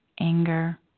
anger